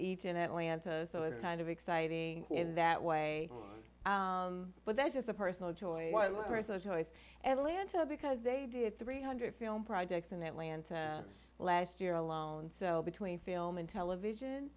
each in atlanta so it's kind of exciting in that way but this is a personal choice personal choice evelyn so because they did three hundred film projects in atlanta last year alone so between film and television